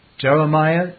Jeremiah